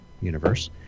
universe